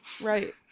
Right